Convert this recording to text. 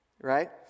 right